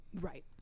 Right